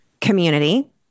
community